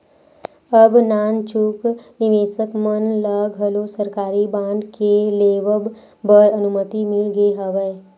अब नानचुक निवेसक मन ल घलोक सरकारी बांड के लेवब बर अनुमति मिल गे हवय